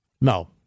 No